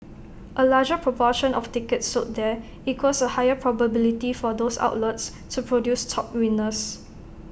A larger proportion of tickets sold there equals A higher probability for those outlets to produce top winners